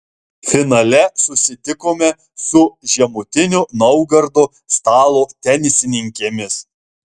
finale susitikome su žemutinio naugardo stalo tenisininkėmis